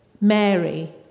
Mary